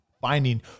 finding